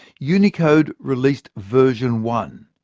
unicode released version one,